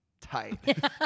Tight